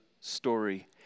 story